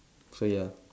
so ya